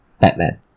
Batman